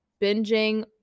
binging